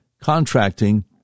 contracting